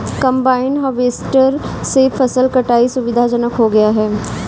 combine harvester से फसल कटाई सुविधाजनक हो गया है